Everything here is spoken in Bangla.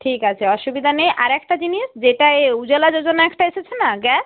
ঠিক আছে অসুবিধা নেই আরেকটা জিনিস যেটা এই উজালা যোজনা একটা এসেছে না গ্যাস